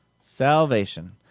Salvation